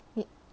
eh